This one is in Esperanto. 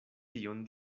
tion